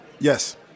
Yes